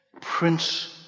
prince